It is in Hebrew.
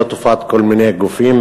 לא טובת כל מיני גופים,